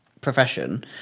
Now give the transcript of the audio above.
profession